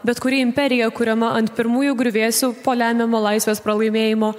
bet kuri imperija kuriama ant pirmųjų griuvėsių po lemiamo laisvės pralaimėjimo